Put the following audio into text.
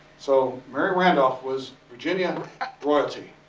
so mary randolph was virginia royalty.